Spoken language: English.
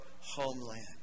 homeland